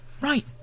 Right